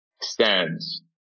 stands